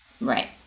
Right